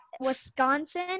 Wisconsin